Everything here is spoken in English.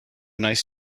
nice